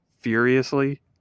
furiously